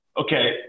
Okay